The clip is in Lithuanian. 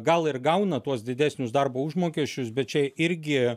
gal ir gauna tuos didesnius darbo užmokesčius bet čia irgi